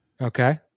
Okay